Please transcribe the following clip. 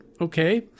okay